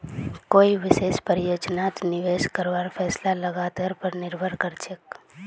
कोई विशेष परियोजनात निवेश करवार फैसला लागतेर पर निर्भर करछेक